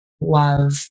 love